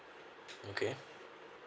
okay